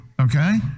okay